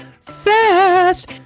fast